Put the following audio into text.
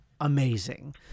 amazing